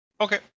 Okay